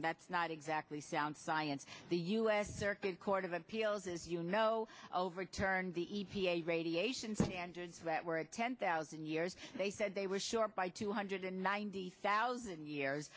that's not exactly sound science the u s circuit court of appeals as you know overturned the e p a radiation standards that were a ten thousand years they said they were short by two hundred and ninety thousand years